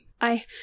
I-